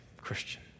Christian